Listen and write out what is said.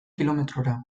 kilometrora